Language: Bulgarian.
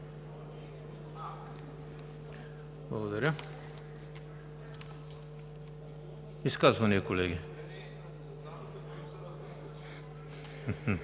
Благодаря. Изказвания, колеги?